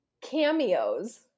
cameos